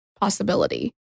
possibility